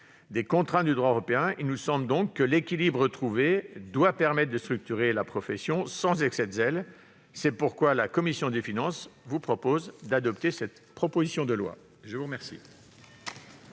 des contraintes du droit européen, il nous semble donc que l'équilibre trouvé doit permettre de structurer la profession sans excès de zèle. C'est pourquoi la commission des finances vous invite à adopter cette proposition de loi. La parole